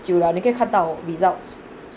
久了你可以看到 results